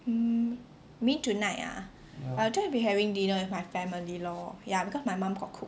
mm me tonight ah I'll just be having dinner with my family lor ya because my mum got cook